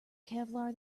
kevlar